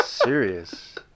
Serious